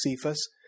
Cephas